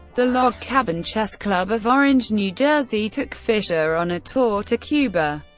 the log cabin chess club of orange, new jersey, took fischer on a tour to cuba,